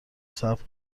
صبر